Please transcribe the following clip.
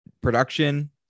production